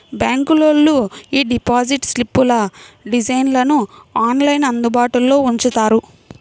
బ్యాంకులోళ్ళు యీ డిపాజిట్ స్లిప్పుల డిజైన్లను ఆన్లైన్లో అందుబాటులో ఉంచుతారు